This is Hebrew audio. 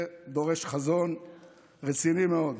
זה דורש חזון רציני מאוד.